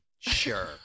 Sure